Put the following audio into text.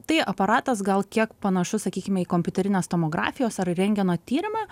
tai aparatas gal kiek panašus sakykime į kompiuterinės tomografijos ar rentgeno tyrimą